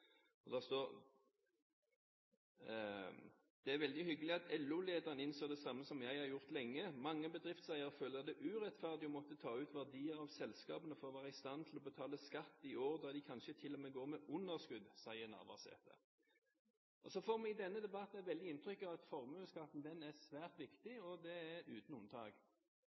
Navarsete.» Det står videre: «Det er veldig hyggelig at LO-lederen nå innser det samme som jeg har gjort lenge. Mange bedriftseiere føler det urettferdig å måtte ta ut verdier av selskapene for å være i stand til å betale skatt i år da de kanskje til og med går med underskudd, sier Navarsete.» Vi får i denne debatten et sterkt inntrykk av at formuesskatten er svært viktig – og det er